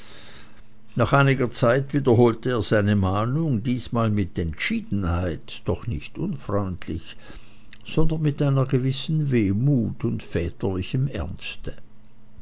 nach einiger zeit wiederholte er seine mahnung diesmal mit entschiedenheit doch nicht unfreundlich sondern mit einer gewissen wehmut und väterlichem ernste